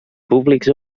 públics